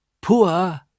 Poor